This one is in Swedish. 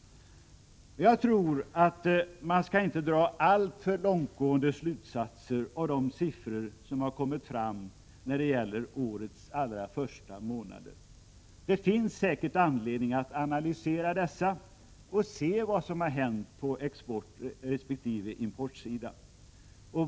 Jag tror inte att man skall dra alltför långtgående slutsatser av de siffror som kommit fram när det gäller årets allra första månader. Det finns säkert anledning att analysera dessa och se vad som hänt på exportresp. importsidan.